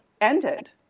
ended